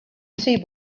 see